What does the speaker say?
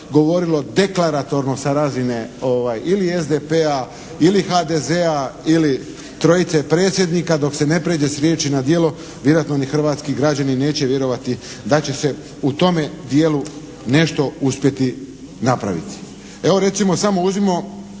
govorilo deklaratorno sa razine ili SDP-a ili HDZ-a ili trojice predsjednika dok se ne prijeđe s riječi na djelo vjerojatno ni hrvatski građani neće vjerovati da će se u tome dijelu nešto uspjeti napraviti. Evo recimo samo uzmimo